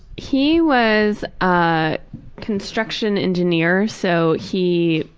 he was a construction engineer so he